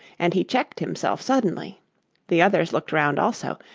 and he checked himself suddenly the others looked round also,